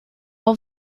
all